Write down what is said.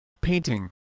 Painting